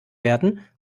werden